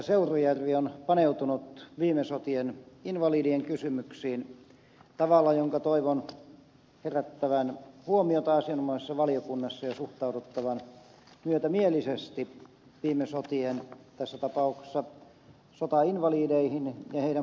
seurujärvi on paneutunut viime sotien invalidien kysymyksiin tavalla jonka toivon herättävän huomiota asianomaisessa valiokunnassa ja johon toivon suhtauduttavan myötämielisesti tässä tapauksessa viime sotien sotainvalideihin ja heidän puolisoihinsa